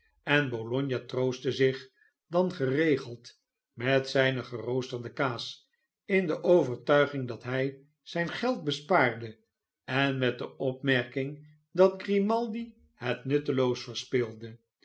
en bologna troostte zich dan geregeld met zyne geroosterde kaas in de overtuiging dat hij zijn geld bespaarde en met de opmerking dat grimaldi het nutteloos verspilde